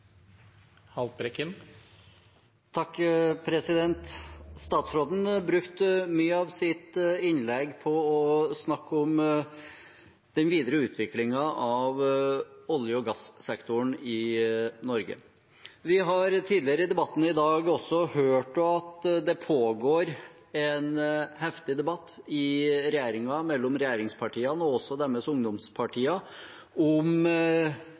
Statsråden brukte mye av sitt innlegg på å snakke om den videre utviklingen av olje- og gassektoren i Norge. Vi har tidligere i debatten i dag også hørt at det pågår en heftig debatt i regjeringen, mellom regjeringspartiene og også deres ungdomspartier, om